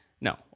No